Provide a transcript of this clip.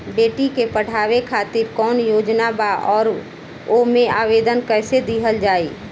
बेटी के पढ़ावें खातिर कौन योजना बा और ओ मे आवेदन कैसे दिहल जायी?